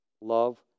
Love